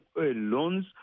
loans